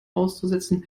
auszusetzen